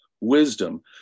wisdom